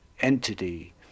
entity